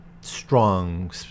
strong